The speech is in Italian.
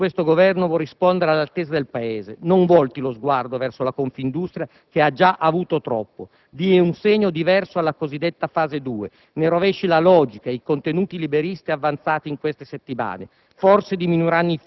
pensioni. Se il Governo vuole rispondere alle attese del Paese, non volti lo sguardo verso la Confindustria, che ha già avuto troppo; dia un segno diverso alla cosiddetta fase 2, ne rovesci la logica e i contenuti liberisti avanzati in queste settimane.